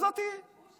אז את תהיי,